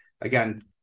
again